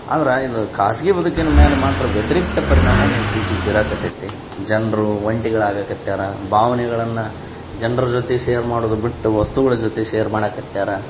ಆದ್ರೆ ಇದು ಖಾಸಗಿ ಬದುಕಿನ ಮೇಲೆ ಮಾತ್ರ ವ್ಯತಿರಿಕ್ತ ಪರಿಣಾಮವನ್ನ ಇತ್ತೀಚಿಗೆ ಬೀರಾಕತ್ತೈತಿ ಜನರು ಒಂಟಿಗಳು ಆಗಕ್ಕತ್ತ್ಯಾರ ಭಾವನೆಗಳನ್ನು ಜನ್ರ ಜೊತೆ ಶೇರ್ ಮಾಡೋದು ಬಿಟ್ಟು ವಸ್ತುಗಳ ಜೊತೆ ಶೇರ್ ಮಾಡಕ್ಕತ್ತ್ಯಾರ